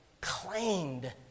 claimed